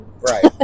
Right